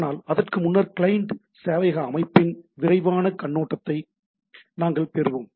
ஆனால் அதற்கு முன்னர் கிளையன்ட் சேவையக அமைப்பின் விரைவான கண்ணோட்டத்தை நாங்கள் பெறுவோம்